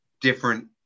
different